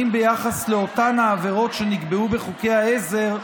ביחס לאותן העבירות שנקבעו בחוקי העזר,